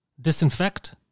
disinfect